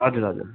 हजुर हजुर